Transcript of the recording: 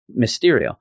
Mysterio